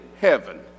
heaven